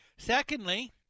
Secondly